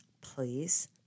please